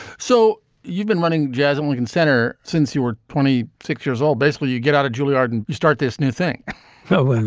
so you've been running jazz at um lincoln center since you were twenty six years old. basically, you get out of juilliard and you start this new thing no, and